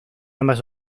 ambas